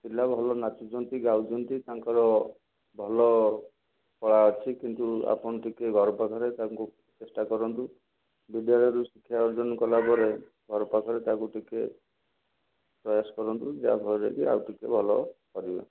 ପିଲା ଭଲ ନାଚୁଛନ୍ତି ଗାଉଛନ୍ତି ତାଙ୍କର ଭଲ କଳା ଅଛି କିନ୍ତୁ ଆପଣ ଟିକିଏ ଘରପାଖରେ ତାଙ୍କୁ ଚେଷ୍ଟା କରନ୍ତୁ ବିଦ୍ୟାଳୟରୁ ଶିକ୍ଷା ଅର୍ଜନ କଲାପରେ ଘରପାଖରେ ତାକୁ ଟିକିଏ ପ୍ରୟାସ କରନ୍ତୁ ଯାହାଫଳରେ କି ଆଉ ଟିକିଏ ଭଲ କରିବେ